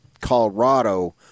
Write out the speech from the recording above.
Colorado